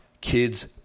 kids